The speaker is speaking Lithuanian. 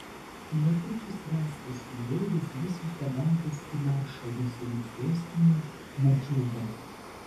netrukus rastas jūreivis bus išgabentas į maršalo salų sostinę madžūrą